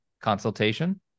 consultation